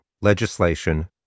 legislation